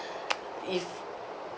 if